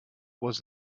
was